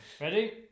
Ready